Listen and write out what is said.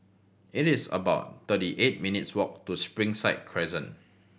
it is about thirty eight minutes' walk to Springside Crescent